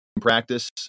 practice